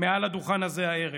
מעל הדוכן הזה הערב.